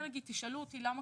תשאלו אותי למה